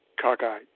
cockeyed